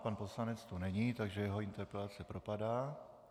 Pan poslanec tu není, takže jeho interpelace propadá.